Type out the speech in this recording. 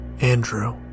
Andrew